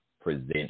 present